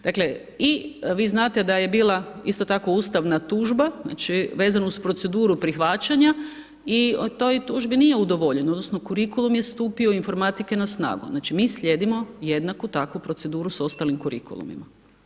Dakle i vi znate da je bila isto tako ustavna tužba vezano uz proceduru prihvaćanja i u toj tužbi nije udovoljeno odnosno kurikulum je stupio informatike na snagu, znači mi slijedimo jednako tako proceduru sa ostalim kurikulumima.